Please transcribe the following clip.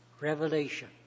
Revelation